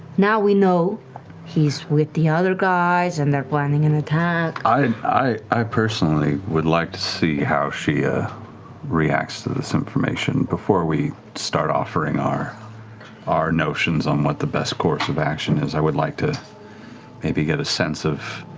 now we know he's with the other guys and they're planning an attack. taliesin i i personally would like to see how she ah reacts to this information before we start offering our our notions on what the best course of action is. i would like to maybe get a sense of